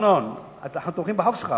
אמנון, אנחנו תומכים בחוק שלך.